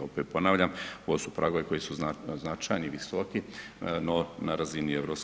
Opet ponavljam, ovo su pragovi koji su znatno značajni, visoko no razini EU